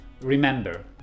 Remember